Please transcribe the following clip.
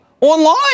online